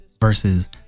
versus